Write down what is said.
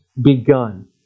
begun